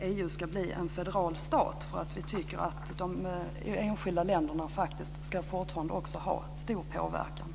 EU ska bli en federal stat. Vi tycker nämligen att de enskilda länderna fortfarande ska ha stor påverkan.